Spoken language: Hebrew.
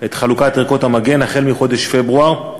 את חלוקת ערכות המגן החל מחודש פברואר.